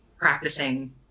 practicing